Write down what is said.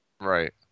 Right